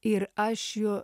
ir aš jo